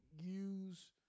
use